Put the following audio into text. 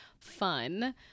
fun